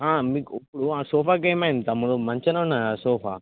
మీకు ఇప్పుడు ఆ సోఫాకు ఏమైంది తమ్ముడు మంచిగా ఉంది కదా ఆ సోఫా